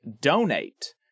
donate